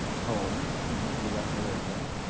home you left malaysia.